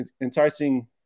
enticing